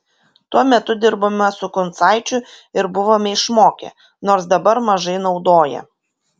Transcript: tuo metu dirbome su kuncaičiu ir buvome išmokę nors dabar mažai naudoja